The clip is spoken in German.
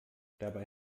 dabei